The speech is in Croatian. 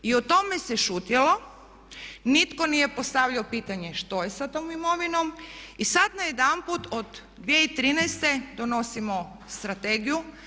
I o tome se šutjelo, nitko nije postavljao pitanje što je sa tom imovinom i sad najedanput od 2013.donosimo strategiju.